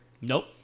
Nope